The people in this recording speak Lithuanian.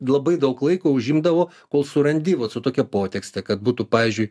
labai daug laiko užimdavo kol surandi vat su tokia potekste kad būtų pavyzdžiui